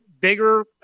bigger